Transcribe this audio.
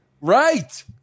Right